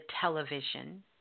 television